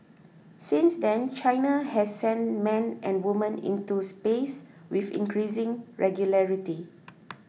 since then China has sent men and women into space with increasing regularity